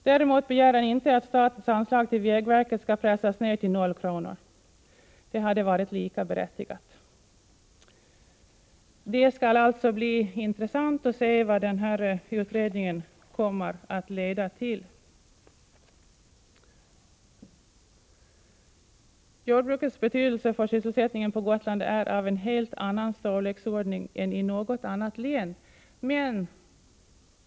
Däremot begär han inte att statens anslag till vägverket skall pressas ned till noll kronor. Det hade varit lika berättigat ——--.” Det skall alltså bli intressant att se vad den här utredningen kommer att leda till. Jordbrukets betydelse för sysselsättningen på Gotland är av en helt annan storleksordning än i något annat län.